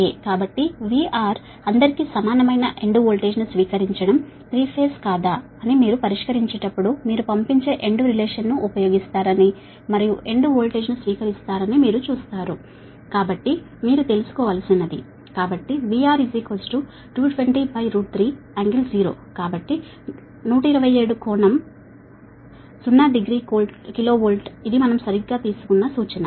కాబట్టి ప్రతి ఫేజ్ కు receiving end voltage VR 3 phase కు సమానంగా ఉంటుంది మీరు పరిష్కరించేటప్పుడు మీరు పంపించే ఎండ్ వోల్టేజ్ మరియు రిసీవింగ్ ఎండ్ వోల్టేజ్ రిలేషన్ ను ఉపయోగిస్తారు ప్రతి ఫేజ్ కు కాబట్టి మీరు తెలుసుకోవలసినది VR 2203∟0 కాబట్టి 127 కోణం 0 డిగ్రీ కిలో వోల్ట్ ఇది మనం సరిగ్గా తీసుకున్న సూచన